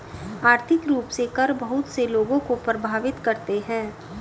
आर्थिक रूप से कर बहुत से लोगों को प्राभावित करते हैं